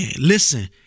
listen